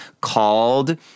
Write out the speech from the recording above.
called